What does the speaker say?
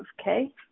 okay